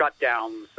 shutdowns